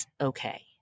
okay